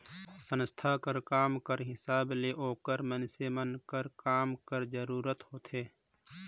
संस्था कर काम कर हिसाब ले ओकर मइनसे मन कर काम कर जरूरत होथे